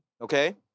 okay